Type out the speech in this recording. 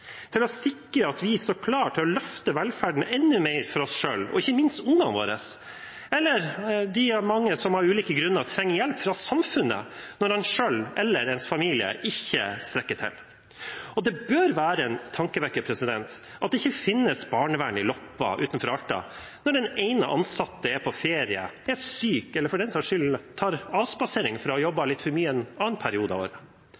for å sikre at vi står klare til å løfte velferden enda mer for oss selv, og ikke minst for ungene våre eller for de mange som av ulike grunner trenger hjelp fra samfunnet når de selv eller deres familie ikke strekker til. Og det bør være en tankevekker at det ikke finnes barnevern i Loppa, utenfor Alta, når den ene ansatte er på ferie, er syk eller for den saks skyld tar avspasering etter å ha jobbet litt for mye en annen periode av året.